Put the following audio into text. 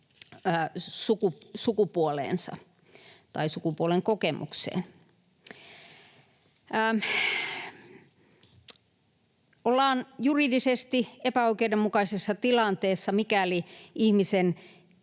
sukupuoleensa tai sukupuolen kokemukseensa. Ollaan juridisesti epäoikeudenmukaisessa tilanteessa, mikäli ihmisen